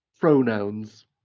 pronouns